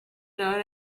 known